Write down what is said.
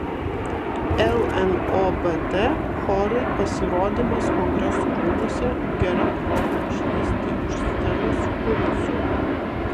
lnobt chorui pasirodymas kongresų rūmuose gera proga išlįsti iš scenos kulisų